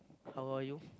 how old are you